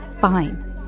fine